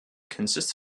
consists